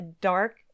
dark